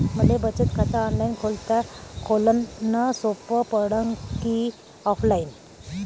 मले बचत खात ऑनलाईन खोलन सोपं पडन की ऑफलाईन?